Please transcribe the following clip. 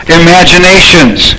imaginations